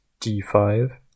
d5